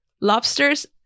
Lobsters